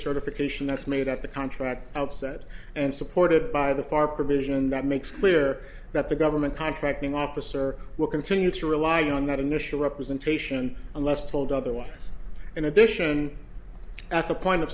certification that's made at the contract outset and supported by the far provision that makes clear that the government contracting officer will continue to rely on that initial representation unless told otherwise in addition